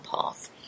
path